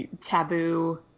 taboo